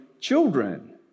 children